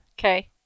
Okay